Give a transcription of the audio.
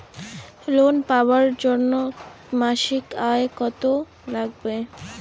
Loan পাবার জন্যে মাসিক আয় কতো লাগবে?